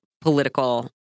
political